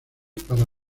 para